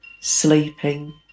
sleeping